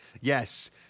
Yes